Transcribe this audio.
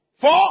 Four